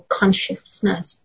consciousness